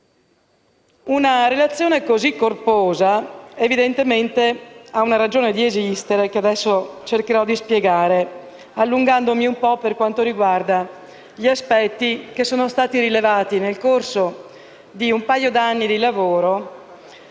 Una relazione così corposa ha evidentemente una ragione d'essere, che adesso cercherò di spiegare, allungandomi un po' per quanto riguarda gli aspetti rilevati nel corso di un paio di anni di lavoro